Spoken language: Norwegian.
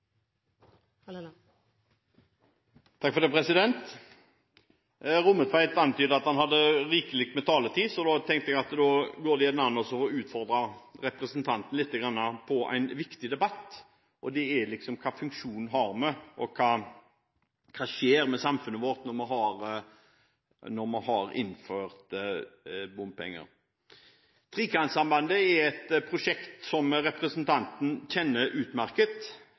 Rommetveit antydet at han hadde rikelig med taletid, så da tenkte jeg at det kanskje gikk an å utfordre representanten lite grann på en viktig debatt. Det handler om hvilken funksjon vi har, og hva som skjer med samfunnet vårt når vi har innført bompenger. Trekantsambandet er et prosjekt som representanten kjenner utmerket